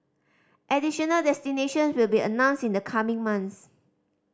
additional destinations will be announced in the coming months